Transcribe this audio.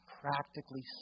practically